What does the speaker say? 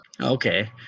Okay